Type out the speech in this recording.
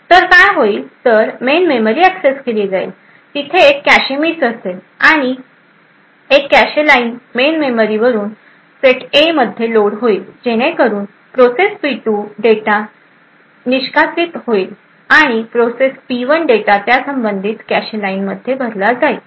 तर काय होईल तर मेनमेमरी एक्सेस केली जाईल तिथे एक कॅश मिस असेल आणि एक कॅशे लाइन मेन मेमरीवरून सेट ए मध्ये लोड होईल जेणेकरून प्रोसेस पी 2 डेटा निष्कासित होईल आणि प्रोसेस पी 1 डेटा त्या संबंधित कॅशे लाइनमध्ये भरला जाईल